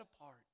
apart